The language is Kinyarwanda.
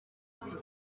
kwiga